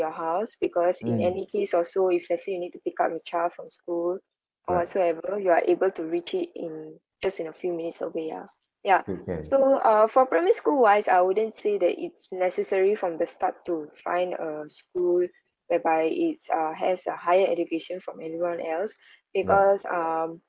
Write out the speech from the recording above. your house because in any case or so if let's say you need to pick up your child from school or whatsoever you are able to reach it in just in a few minutes away ah ya so uh for primary school wise I wouldn't say that it's necessary from the start to trying a school whereby it's uh has a higher education from everyone else because um